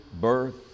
birth